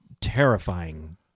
terrifying